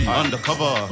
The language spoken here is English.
undercover